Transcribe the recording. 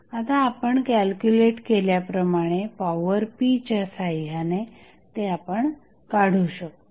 आता आपण कॅल्क्युलेट केल्याप्रमाणे पॉवर p च्या सहाय्याने हे आपण काढू शकतो